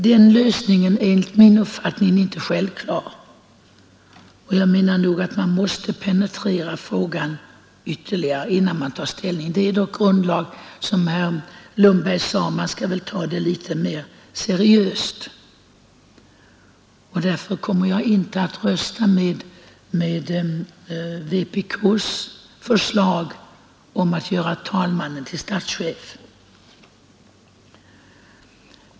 Den lösningen är enligt min uppfattning inte självklar, och jag menar nog att man måste penetrera frågan ytterligare, innan man tar ställning. Det är dock grundlag, som herr Lundberg sade, och den måste behandlas litet mer seriöst än andra lagar. Därför kommer jag inte att rösta med vpk :s förslag att göra talmannen till statschef.